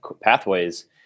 pathways